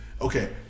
Okay